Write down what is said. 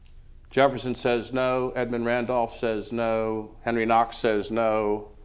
jefferson says no, edmund randolph says no, henry knox says no,